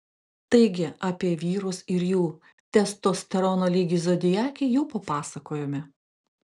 taigi apie vyrus ir jų testosterono lygį zodiake jau papasakojome